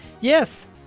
Yes